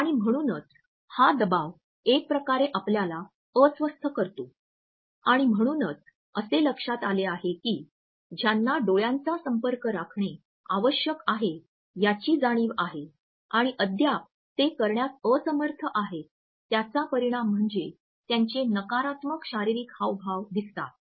आणि म्हणूनच हा दबाव एकप्रकारे आपल्याला अस्वस्थ करतो आणि म्हणूनच असे लक्षात आले आहे की ज्यांना डोळ्यांचा संपर्क राखणे आवश्यक आहे याची जाणीव आहे आणि अद्याप ते करण्यास असमर्थ आहेत त्याचा परिणाम म्हणजे त्यांचे नकारात्मक शारीरिक हावभाव दिसतात